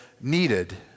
needed